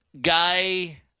guy